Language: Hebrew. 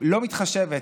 לא מתחשבת,